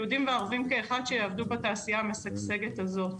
יהודים וערבים כאחד שיעבדו בתעשייה המשגשגת הזו.